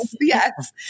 yes